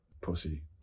Pussy